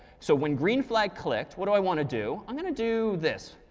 so when green flag clicked, what do i want to do? i'm going to do this.